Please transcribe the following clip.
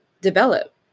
develop